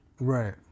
Right